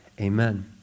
Amen